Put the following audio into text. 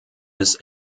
his